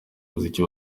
umuziki